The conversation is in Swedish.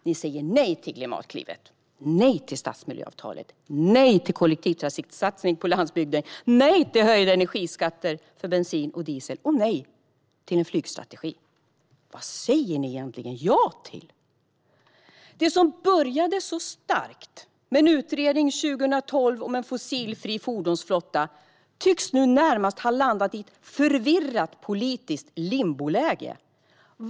Ni säger nej till Klimatklivet, nej till stadsmiljöavtalet, nej till kollektivtrafiksatsning på landsbygden, nej till höjda energiskatter för bensin och diesel och nej till en flygstrategi. Vad säger ni egentligen ja till? Det som började så starkt med en utredning 2012 om en fossilfri fordonsflotta, tycks nu närmast ha landat i ett förvirrat politiskt limboläge.